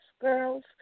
Girls